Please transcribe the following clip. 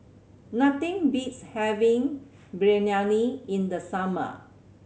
nothing beats having Biryani in the summer